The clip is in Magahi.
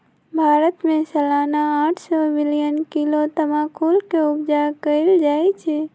भारत में सलाना आठ सौ मिलियन किलो तमाकुल के उपजा कएल जाइ छै